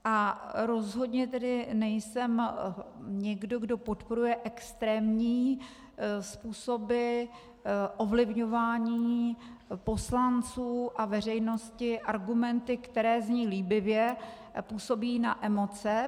A rozhodně tedy nejsem někdo, kdo podporuje extrémní způsoby ovlivňování poslanců a veřejnosti argumenty, které zní líbivě a působí na emoce.